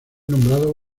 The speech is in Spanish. nombrado